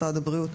משרד הבריאות,